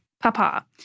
Papa